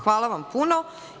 Hvala vam puno.